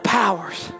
powers